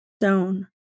stone